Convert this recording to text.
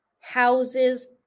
houses